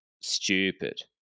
stupid